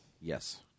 yes